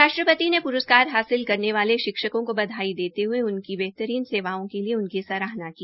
राष्ट्रपति ने पुरस्कार हासिल करने वाले शिक्षकों को बधाई देते हुए उनकी बेहरीन सेवाओं के लिए उनकी सराहना की